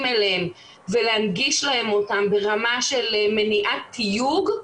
אליהם ולהנגיש להם אותם ברמה של מניעת תיוג,